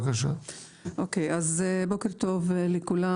בוקר טוב לכולם,